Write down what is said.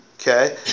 okay